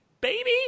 baby